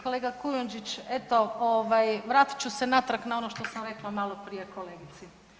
Kolega Kujundžić eto ovaj vratit ću se natrag na ono što sam rekla maloprije kolegici.